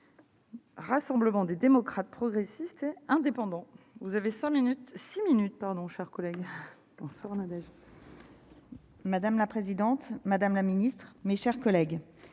Rassemblement des démocrates progressistes et indépendants, vous avez 5 minutes 6 minutes par nos chers collègues, on sort Nadal. Madame la présidente, madame la Ministre, mes chers collègues,